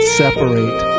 separate